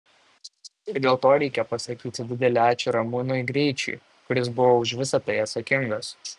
ir dėl to reikia pasakyti didelį ačiū ramūnui greičiui kuris buvo už visa tai atsakingas